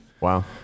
Wow